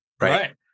Right